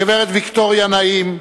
הגברת ויקטוריה נעים,